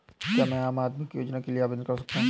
क्या मैं आम आदमी योजना के लिए आवेदन कर सकता हूँ?